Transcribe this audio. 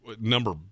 number